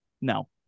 no